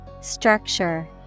Structure